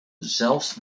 zelfs